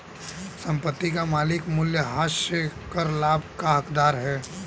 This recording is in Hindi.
संपत्ति का मालिक मूल्यह्रास से कर लाभ का हकदार है